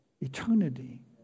eternity